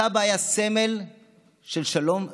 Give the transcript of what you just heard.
סבא היה סמל של שלום ואחדות,